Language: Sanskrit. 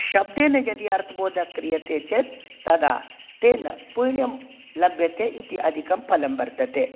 शब्देन यदि अर्थबोधः क्रियते चेत् तदा तेन पुण्यं लभ्यते इति अधिकं फलं वर्तते